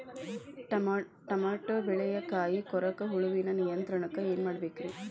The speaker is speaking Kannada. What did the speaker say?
ಟಮಾಟೋ ಬೆಳೆಯ ಕಾಯಿ ಕೊರಕ ಹುಳುವಿನ ನಿಯಂತ್ರಣಕ್ಕ ಏನ್ ಮಾಡಬೇಕ್ರಿ?